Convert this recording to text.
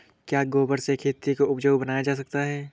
क्या गोबर से खेती को उपजाउ बनाया जा सकता है?